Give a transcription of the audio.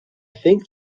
think